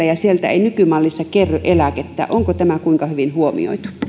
ja sieltä ei nykymallissa kerry eläkettä onko tämä kuinka hyvin huomioitu